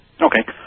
Okay